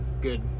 good